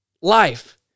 life